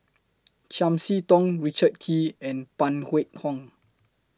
Chiam See Tong Richard Kee and Phan Wait Hong